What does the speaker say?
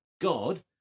God